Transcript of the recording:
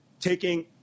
taking